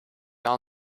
all